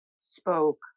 spoke